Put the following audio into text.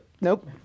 Nope